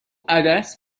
عدس